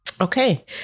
Okay